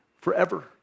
forever